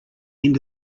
end